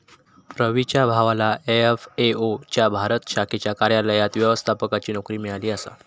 रवीच्या भावाला एफ.ए.ओ च्या भारत शाखेच्या कार्यालयात व्यवस्थापकाची नोकरी मिळाली आसा